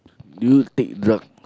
you take drug